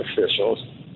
officials